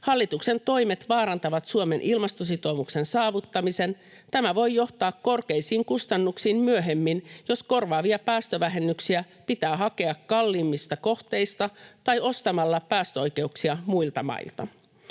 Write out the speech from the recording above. Hallituksen toimet vaarantavat Suomen ilmastositoumuksen saavuttamisen. Tämä voi johtaa korkeisiin kustannuksiin myöhemmin, jos korvaavia päästövähennyksiä pitää hakea kalliimmista kohteista tai ostamalla päästöoikeuksia muilta mailta.